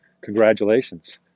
congratulations